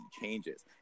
changes